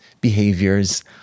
behaviors